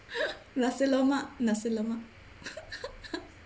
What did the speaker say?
nasi lemak nasi lemak